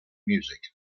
music